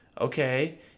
okay